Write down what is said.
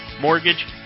mortgage